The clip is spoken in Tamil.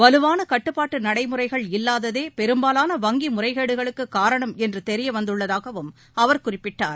வலுவானகட்டுப்பாட்டுநடைமுறைகள் இல்லாததே பெரும்பாவான வங்கிமுறைகேடுகளுக்குக் காரணம் என்றுதெரியவந்துள்ளதாகவும் அவர் குறிப்பிட்டார்